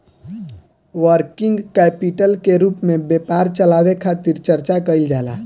working capital के रूप में व्यापार चलावे खातिर चर्चा कईल जाला